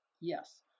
Yes